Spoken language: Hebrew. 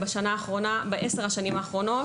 בעשר השנים האחרונות